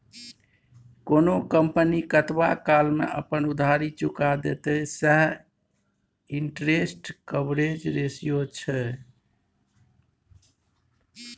कोनो कंपनी कतबा काल मे अपन उधारी चुका देतेय सैह इंटरेस्ट कवरेज रेशियो छै